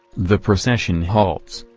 the procession halts,